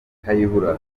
kayihura